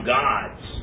gods